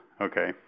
okay